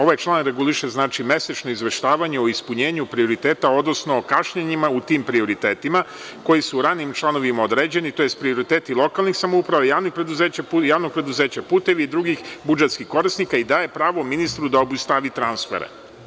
Ovaj član reguliše mesečno izveštavanje o ispunjenju prioriteta, odnosno o kašnjenjima u tim prioritetima koji su u ranijim članovima određeni, tj. prioriteti lokalnih samouprava i Javnog preduzeća „Putevi“ i drugih budžetskih korisnika i daje pravo ministru da obustavi transfere.